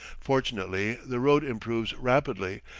fortunately the road improves rapidly,